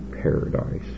paradise